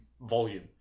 volume